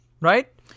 Right